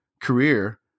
career